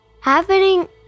Happening